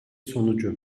sonucu